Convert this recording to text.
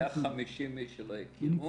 לא בריא לכנסת ולא בריא לממשלה.